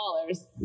dollars